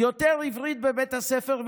יותר עברית בבית הספר,